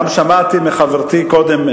גם שמעתי מחברתי קודם,